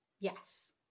Yes